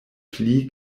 pli